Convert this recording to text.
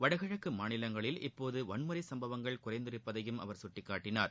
வடகிழக்கு மாநிலங்களில் இப்போது வன்முறை சம்பவங்கள் குறைந்துள்ளதையும் அவர் சுட்டிக்காட்டினார்